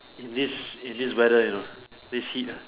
in this in this weather you know this heat ah